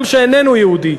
גם שאיננו יהודי,